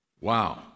Wow